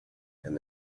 and